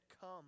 come